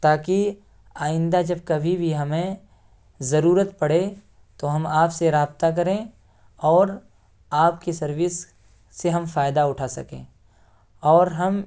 تا کہ آئندہ جب کبھی بھی ہمیں ضرورت پڑے تو ہم آپ سے رابطہ کریں اور آپ کی سروس سے ہم فائدہ اٹھا سکیں اور ہم